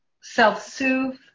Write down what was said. self-soothe